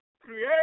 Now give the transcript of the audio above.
Create